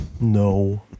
No